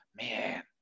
Man